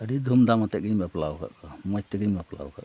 ᱟ ᱰᱤ ᱫᱷᱩᱢ ᱫᱷᱟᱢ ᱟᱛᱮᱜᱮᱧ ᱵᱟᱯᱞᱟ ᱟᱠᱟᱫ ᱠᱚᱣᱟ ᱢᱚᱡᱽ ᱛᱮᱜᱮᱧ ᱵᱟᱯᱞᱟ ᱟᱠᱟᱫ ᱠᱚᱣᱟ